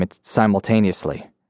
simultaneously